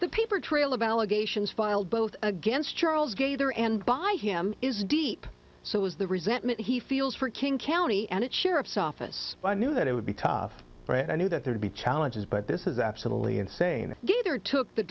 the paper trail about allegations filed both against charles gator and by him is deep so is the resentment he feels for king county and its sheriff's office i knew that it would be tough but i knew that there would be challenges but this is absolutely insane gaither took the